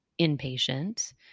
inpatient